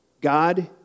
God